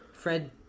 Fred